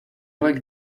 like